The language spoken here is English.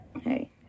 hey